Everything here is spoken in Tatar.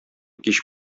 кич